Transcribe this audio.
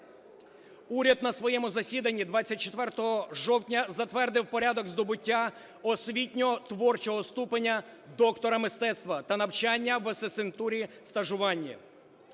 Уряд на своєму засіданні 24 жовтня затвердив порядок здобуття освітньо-творчого ступеня "Доктор мистецтва" та навчання в асистентурі-стажування.